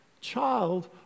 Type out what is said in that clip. child